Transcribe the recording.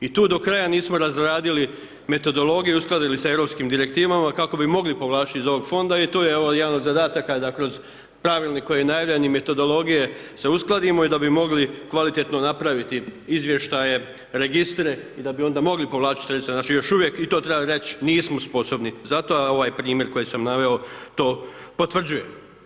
I tu do kraja nismo razradili metodologiju, uskladili je sa europskim direktivama kako bi mogli povlačiti iz fonda i tu evo jedan od zadataka da kroz pravilnik koji je najavljen i metodologije se uskladimo da bi mogli kvalitetno napraviti izvještaje, registre i da bi onda mogli povlačiti sredstva, znači još uvijek i to treba reći, nismo sposobni za to a ovaj primjer koji sam naveo to potvrđuje.